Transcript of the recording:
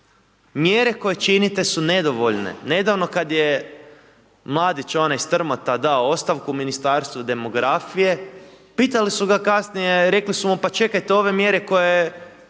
Mjere koje činite su nedovoljne. Nedavno kada je mladić, onaj Strmota, dao ostavku Ministarstvu demografije, pitali su ga kasnije, rekli su mu, pa čekajte ove mjere koje